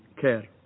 care